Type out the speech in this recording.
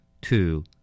Two